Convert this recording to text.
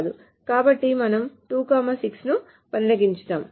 కాబట్టి మనం 2 6 ను పరిగణించుదాము